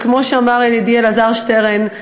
וכמו שאמר ידידי אלעזר שטרן,